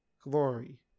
glory